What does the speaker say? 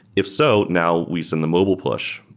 if so, now, we send the mobile push.